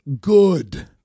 good